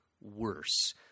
worse